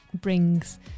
brings